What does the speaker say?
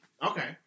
Okay